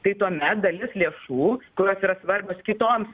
tai tuomet dalis lėšų kurios yra svarbios kitoms